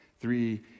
Three